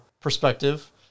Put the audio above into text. perspective